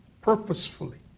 purposefully